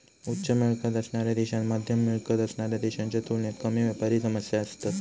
उच्च मिळकत असणाऱ्या देशांत मध्यम मिळकत असणाऱ्या देशांच्या तुलनेत कमी व्यापारी समस्या असतत